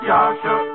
Yasha